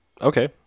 Okay